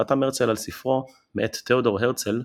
חתם הרצל על ספרו "מאת תיאודור הרצל,